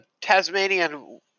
Tasmanian